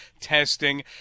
testing